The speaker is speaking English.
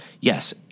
yes